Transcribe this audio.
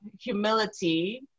humility